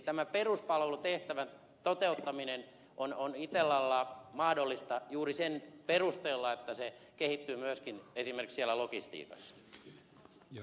tämän peruspalvelutehtävän toteuttaminen on itellalla mahdollista juuri sen perusteella että se kehittyy myöskin esimerkiksi siellä logistiikassa